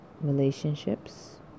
relationships